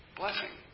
blessing